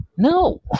No